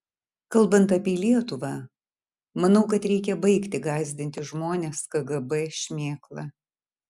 kalbant apie lietuvą manau kad reikia baigti gąsdinti žmones kgb šmėkla